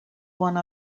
one